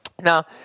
Now